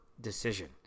decision